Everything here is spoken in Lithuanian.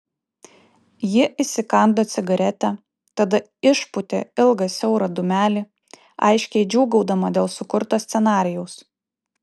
ji įsikando cigaretę tada išpūtė ilgą siaurą dūmelį aiškiai džiūgaudama dėl sukurto scenarijaus